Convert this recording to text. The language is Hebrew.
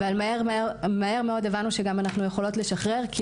אבל מהר מאוד הבנו שגם אנחנו יכולות לשחרר,